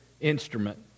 instrument